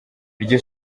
iryo